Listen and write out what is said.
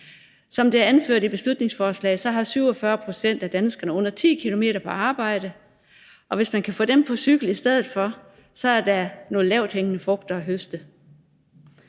Som det er anført i beslutningsforslaget, har 47 pct. af danskerne under 10 km på arbejde, og hvis man kan få dem på cykel i stedet for, er der nogle lavthængende frugter at høste.